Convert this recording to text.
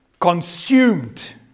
consumed